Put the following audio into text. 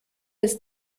ist